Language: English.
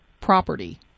property